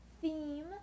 theme